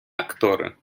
актори